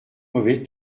mauvais